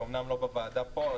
אמנם לא בוועדה פה,